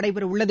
நடைபெறவுள்ளது